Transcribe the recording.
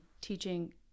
teaching